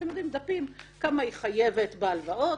כמה היא חייבת בהלוואות,